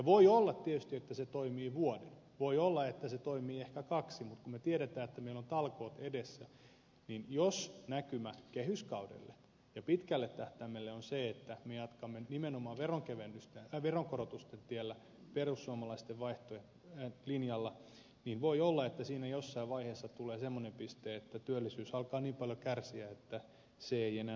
voi olla tietysti että se toimii vuoden voi olla että se toimii ehkä kaksi mutta kun me tiedämme että meillä on talkoot edessä niin jos näkymä kehyskaudelle ja pitkälle tähtäimelle on se että me jatkamme nimenomaan veronkorotusten tiellä perussuomalaisten linjalla niin voi olla että siinä jossain vaiheessa tulee semmoinen piste että työllisyys alkaa niin paljon kärsiä että se ei enää tuota